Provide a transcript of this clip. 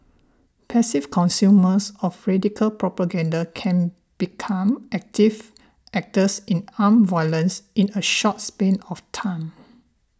passive consumers of radical propaganda can become active actors in armed violence in a short span of time